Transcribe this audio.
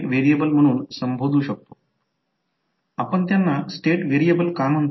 i1 v1 j L1 j M हे समीकरण v1 i j L1 j M i2 लिहू शकतो